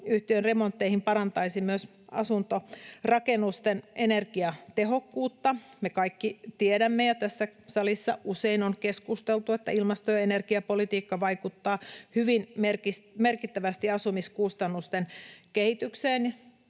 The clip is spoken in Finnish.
taloyhtiön remontteihin parantaisi myös asuntorakennusten energiatehokkuutta. Me kaikki tiedämme ja tässä salissa usein on keskusteltu, että ilmasto- ja energiapolitiikka vaikuttaa hyvin merkittävästi asumiskustannusten kehitykseen.